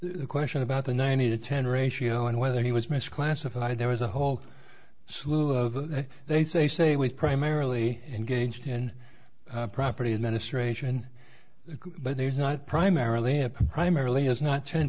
a question about the ninety to ten ratio and whether he was misclassified there was a whole slew of they say say we primarily engaged in property administration but there's not primarily a primarily is not ten